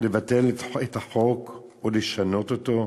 לבטל את החוק או לשנות אותו,